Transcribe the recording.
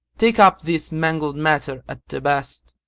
take up this mangled matter at the best.